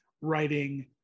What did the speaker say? writing